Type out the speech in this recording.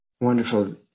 wonderful